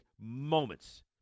moments